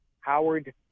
Howard